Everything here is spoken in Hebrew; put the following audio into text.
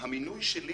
והמינוי שלי